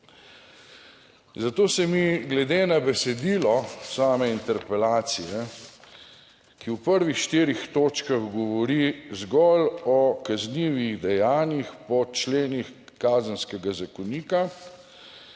Zato se mi glede na besedilo same interpelacije, ki v prvih štirih točkah govori zgolj o kaznivih dejanjih po členih Kazenskega zakonika.